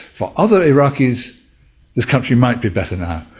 for other iraqis this country might be better now.